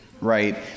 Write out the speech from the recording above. right